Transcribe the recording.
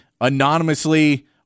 anonymously